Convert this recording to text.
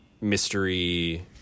mystery